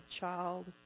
child